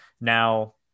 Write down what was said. Now